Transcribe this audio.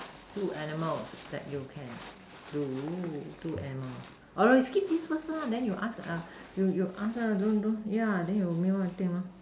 two animals that you can do two animals or we skip this first lah then you ask uh you you ask lah don't don't then you mail until